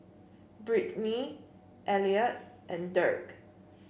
Brittnie Elliott and Dirk